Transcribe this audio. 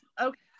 Okay